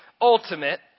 ultimate